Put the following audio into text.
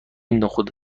نخود